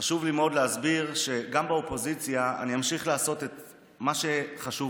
חשוב לי מאוד להסביר שגם באופוזיציה אני אמשיך לעשות את מה שחשוב